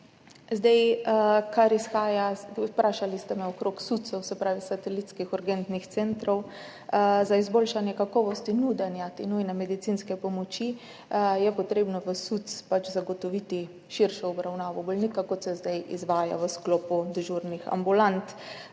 v Sloveniji. Vprašali ste me okrog SUC-ev, se pravi satelitskih urgentnih centrov. Za izboljšanje kakovosti nudenja te nujne medicinske pomoči je treba v SUC pač zagotoviti širšo obravnavo bolnika, kot se zdaj izvaja v sklopu dežurnih ambulant,